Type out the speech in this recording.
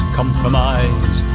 compromise